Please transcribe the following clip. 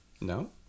no